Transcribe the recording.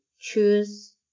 choose